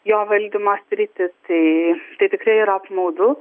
jo valdymo sritį tai tai tikrai yra apmaudu